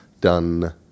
done